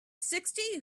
sixty